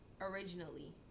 originally